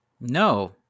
No